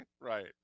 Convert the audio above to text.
Right